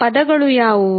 ಆ ಪದಗಳು ಯಾವುವು